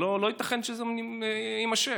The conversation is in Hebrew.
לא ייתכן שזה יימשך.